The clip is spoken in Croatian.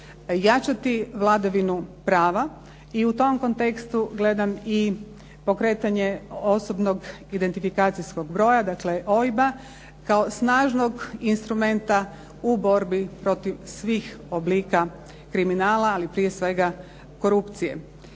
jačati vladavinu prava i u tom kontekstu gledam i pokretanje osobnog identifikacijskog broja dakle OIB-a, kao snažnog instrumenta u borbi protiv svih oblika kriminala, ali prije svega korupcije.